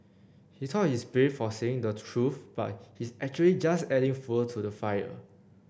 he thought he's brave for saying the truth but he's actually just adding fuel to the fire